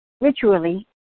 ritually